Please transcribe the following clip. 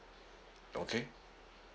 okay